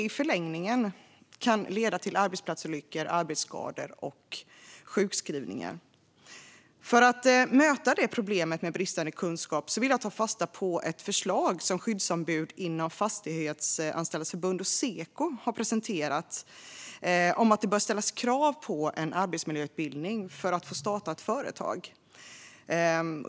I förlängningen kan det leda till arbetsplatsolyckor, arbetsskador och sjukskrivningar. För att möta problemet med bristande kunskap vill jag ta fasta på ett förslag som skyddsombud inom Fastighetsanställdas förbund och Seko har presenterat om att det bör ställas krav på en arbetsmiljöutbildning för att få starta företag.